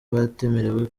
batemerewe